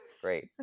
Great